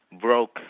broke